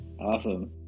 Awesome